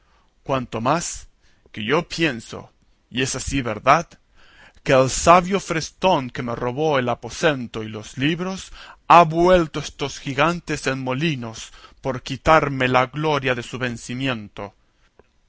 cuanto más que yo pienso y es así verdad que aquel sabio frestón que me robó el aposento y los libros ha vuelto estos gigantes en molinos por quitarme la gloria de su vencimiento